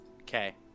Okay